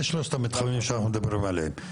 אלה שלושת המתחמים שאנחנו מדברים עליהם.